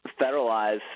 federalize